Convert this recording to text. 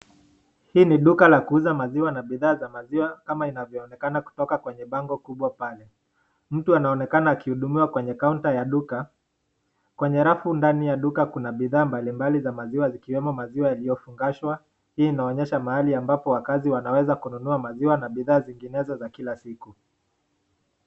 Hii duka la kuuza maziwa na bidhaa za maziwa kama inavyoonekana kutoka kwenye bango kubwa pale. Mtu anaonekana akihudumiwa kwenye counter ya duka kwenye rafu ndani ya duka kuna bidhaa mbali mbali yakiomo maziwa yaliofungashwa, hii inaonyesha Mahalia ambayo wakaazi wanaweza kununua maziwa na bidhaa zinginezo za kila siku.